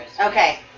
Okay